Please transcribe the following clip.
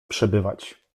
przebywać